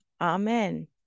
Amen